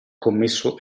commesso